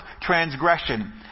transgression